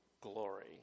glory